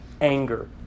anger